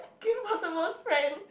Kim Possible's friend